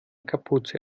kapuze